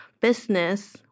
business